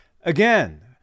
again